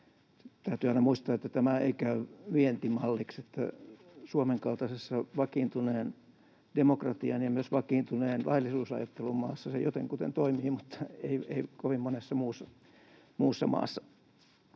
Täytyy aina muistaa, että tämä ei käy vientimalliksi: Suomen kaltaisessa vakiintuneen demokratian ja myös vakiintuneen laillisuusajattelun maassa se jotenkuten toimii, mutta ei kovin monessa muussa maassa.